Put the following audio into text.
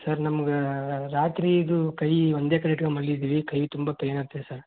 sir ನಮ್ಗೆ ರಾತ್ರಿ ಇದು ಕೈ ಒಂದೇ ಕಡೆ ಇಟ್ಕೊ ಮಲಗಿದ್ವಿ ಕೈ ತುಂಬ ಪೇಯ್ನ್ ಆಗ್ತಿದೆ ಸರ್